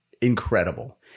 incredible